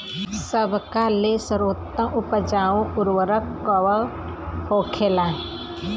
सबका ले सर्वोत्तम उपजाऊ उर्वरक कवन होखेला?